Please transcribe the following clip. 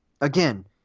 again